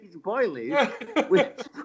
boilies